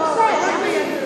אבל מה אנחנו משווים לחם למחשב?